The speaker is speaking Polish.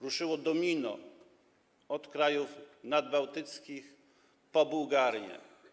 Ruszyło domino od krajów nadbałtyckich po Bułgarię.